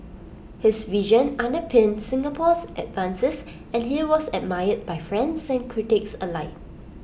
his vision underpinned Singapore's advances and he was admired by friends and critics alike